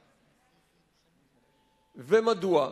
ומדוע?